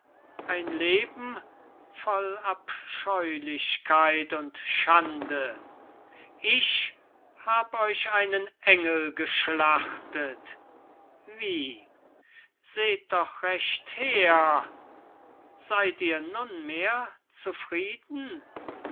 ein leben voll abscheulichkeit und schande ich hab euch einen engel geschlachtet wie seht doch recht her seyd ihr nunmehr zufrieden